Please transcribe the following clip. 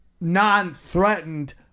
non-threatened